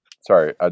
Sorry